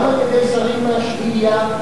גם על-ידי שרים מ"השביעייה".